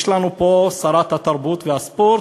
יש לנו פה שרת התרבות והספורט,